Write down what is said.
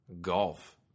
golf